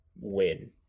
win